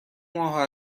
ماه